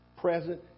present